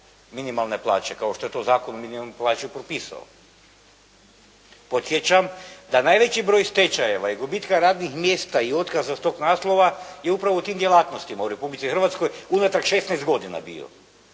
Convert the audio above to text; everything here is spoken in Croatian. minimalne plaće kao što je to Zakonom o minimalnoj plaći propisao. Podsjećam da najveći broj stečajeva i gubitka radnih mjesta i otkaza s tog naslova je upravo u tim djelatnostima u Republici Hrvatskoj unatrag 16 godina bio